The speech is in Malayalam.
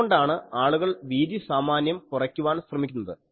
അതുകൊണ്ടാണ് ആളുകൾ വീതി സാമാന്യം കുറയ്ക്കുവാൻ ശ്രമിക്കുന്നത്